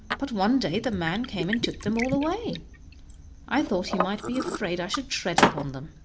but one day the man came and took them all away i thought he might be afraid i should tread upon them.